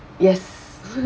yes